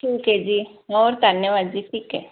ਠੀਕ ਹੈ ਜੀ ਔਰ ਧੰਨਵਾਦ ਜੀ ਠੀਕ ਹੈ